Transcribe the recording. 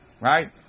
Right